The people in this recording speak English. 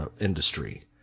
industry